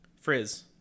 Frizz